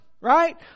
right